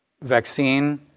vaccine